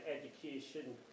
education